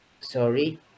Sorry